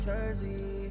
Jersey